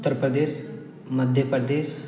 Uttar Pradesh Madhya Pradesh